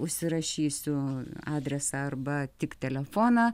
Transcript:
užsirašysiu adresą arba tik telefoną